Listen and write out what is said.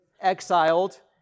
exiled